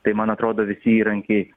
tai man atrodo visi įrankiai